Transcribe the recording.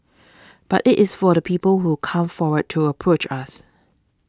but it is for the people who come forward to approach us